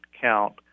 count